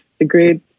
Agreed